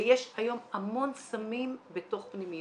ויש היום המון סמים בתוך פנימיות.